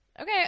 okay